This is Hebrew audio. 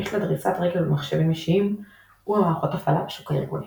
יש לה דריסת רגל במחשבים אישיים ובמערכות הפעלה בשוק הארגוני.